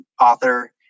author